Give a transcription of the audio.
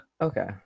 Okay